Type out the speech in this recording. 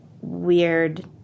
weird